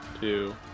two